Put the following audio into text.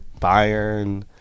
Bayern